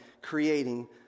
creating